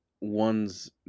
one's